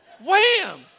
Wham